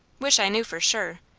wish i knew for sure.